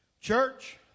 Church